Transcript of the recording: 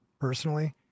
personally